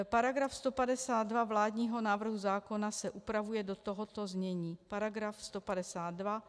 § 152 vládního návrhu zákona se upravuje do tohoto znění: § 152.